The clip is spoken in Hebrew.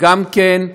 גם כן,